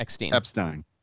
Epstein